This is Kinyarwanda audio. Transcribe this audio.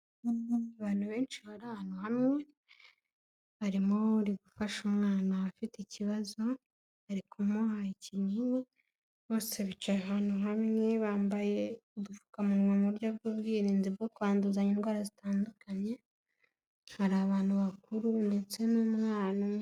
Abantu benshi bari ahantu hamwe harimo uri gufasha umwana afite ikibazo ari kumuha ikinini, bose bicaye ahantu hamwe bambaye udupfukamunwa mu buryo bw'ubwirinzi bwo kwanduza indwara zitandukanye, hari abantu bakuru ndetse n'umwana umwe.